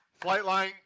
Flightline